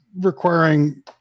requiring